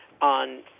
on